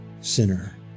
sinner